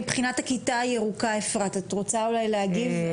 מבחינת הכיתה הירוקה, אפרת, את רוצה אולי להגיב?